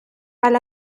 على